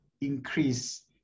increase